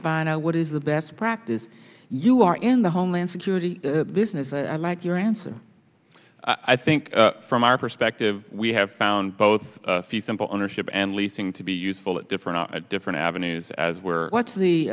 find out what is the best practice you are in the homeland security business i like your answer i think from our perspective we have found both few simple ownership and leasing to be useful in different different avenues as were what's